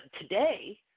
today